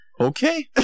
okay